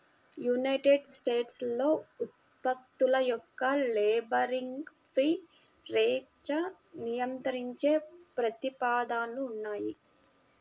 United స్టేట్స్లో ఉత్పత్తుల యొక్క లేబులింగ్ను ఫ్రీ రేంజ్గా నియంత్రించే ప్రతిపాదనలు ఉన్నాయి